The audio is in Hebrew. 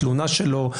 התלונה שלו,